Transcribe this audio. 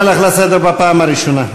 אני קורא אותך לסדר בפעם הראשונה.